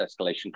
escalation